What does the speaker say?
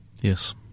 Yes